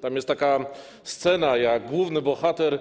Tam jest taka scena, jak główny bohater